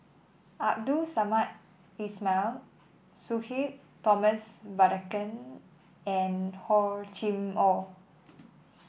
Abdul Samad Ismail Sudhir Thomas Vadaketh and Hor Chim Or